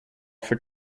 for